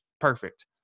perfect